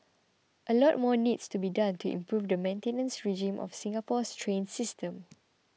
a lot more needs to be done to improve the maintenance regime of Singapore's train system